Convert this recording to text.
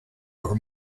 her